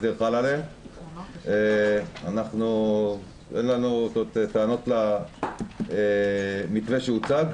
אין לנו טענות למתווה שהוצג.